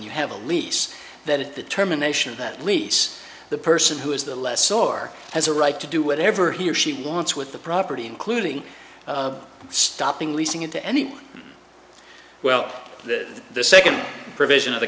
you have a lease that determination that lease the person who has the less or has a right to do whatever he or she wants with the property including stopping leasing into any well that the second provision of the